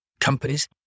companies